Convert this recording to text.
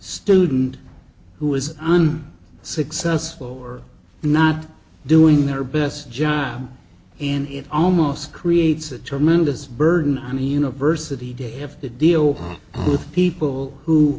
student who is on successful or not doing their best job and it almost creates a tremendous burden on the university day have to deal with people who